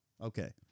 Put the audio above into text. Okay